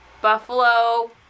buffalo